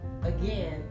Again